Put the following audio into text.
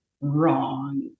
wrong